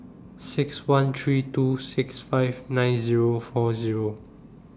six one three two six five nine Zero four Zero